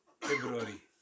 February